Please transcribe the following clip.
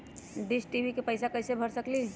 Dish TV के पैईसा कईसे भर सकली?